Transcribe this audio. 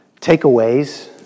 takeaways